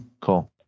Cool